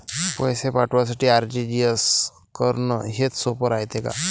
पैसे पाठवासाठी आर.टी.जी.एस करन हेच सोप रायते का?